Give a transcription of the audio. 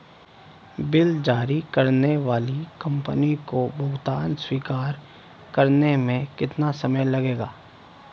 Bill जारी करने वाली कंपनी को भुगतान स्वीकार करने में कितना समय लगेगा?